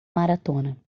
maratona